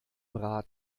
rad